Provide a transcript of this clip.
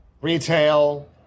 retail